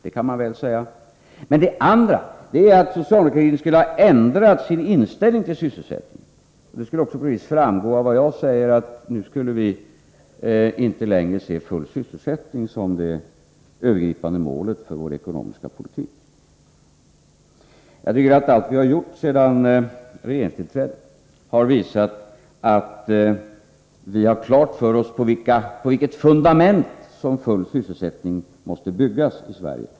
Det andra är att socialdemokratin skulle ha ändrat sin inställning till sysselsättningen. Av vad jag säger skulle på sätt och vis framgå att vi nu inte längre skulle se full sysselsättning som det övergripande målet för vår ekonomiska politik. Jag tycker att allt vi gjort sedan regeringstillträdet har visat att vi har klart för oss på vilket fundament som full sysselsättning måste byggas i Sverige.